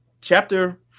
Chapter